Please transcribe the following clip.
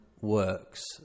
works